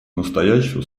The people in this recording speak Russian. настоящего